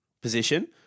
position